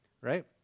Right